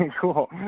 cool